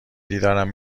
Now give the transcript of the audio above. دیدارم